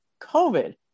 COVID